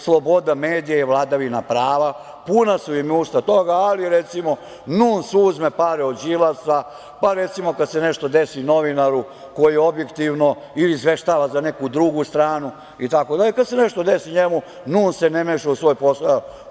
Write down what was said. Sloboda medija je vladavina prava. puna su im usta toga, ali, recimo, NUNS uzme pare od Đilasa, pa, recimo, kad se nešto desi novinaru koji objektivno izveštava za neku drugu stranu, kad se nešto desi njemu NUNS se ne meša u svoje poslove.